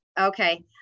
Okay